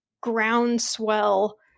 groundswell